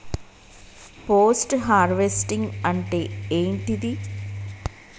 Post harvesting అంటే ఏంటిది?